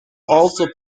also